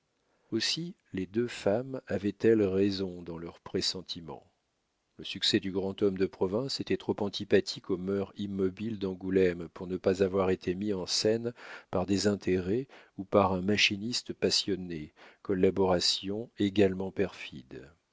aussi les deux femmes avaient-elles raison dans leurs pressentiments le succès du grand homme de province était trop antipathique aux mœurs immobiles d'angoulême pour ne pas avoir été mis en scène par des intérêts ou par un machiniste passionné collaborations également perfides